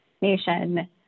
nation